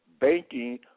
banking